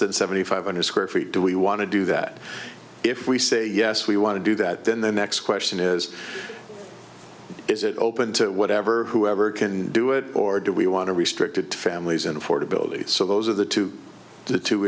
than seventy five hundred square feet do we want to do that if we say yes we want to do that then the next question is is it open to whatever whoever can do it or do we want to restrict it to families and affordability so those are the two the two